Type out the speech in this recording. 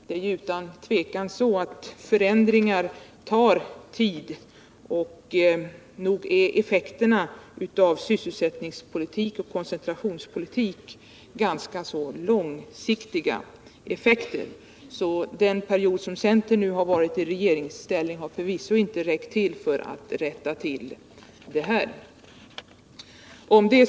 Det är otvivelaktigt så att förändringar tar tid, och nog är effekterna av sysselsättningspolitik och koncentrationspolitik ganska långsiktiga. Den period som centern nu har varit i regeringsställning har förvisso inte räckt till för att rätta till dem.